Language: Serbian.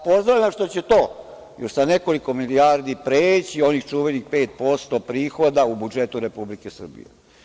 Pozdravljam što će to sa nekoliko milijardi preći oni čuvenih 5% prihoda u budžetu Republike Srbije.